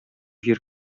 җир